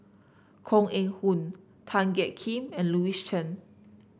Koh Eng Hoon Tan Jiak Kim and Louis Chen